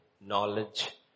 Knowledge